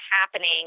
happening